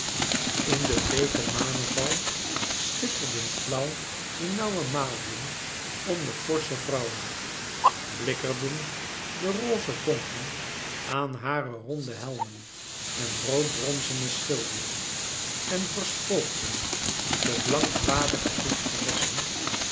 in den bleeken maneval schitterden flauw de nauwe maliën om de forsche vrouwen blikkerden de rosse vonken aan hare ronde helmen en rood bronzene schilden en verspookten de blank wadige priesteressen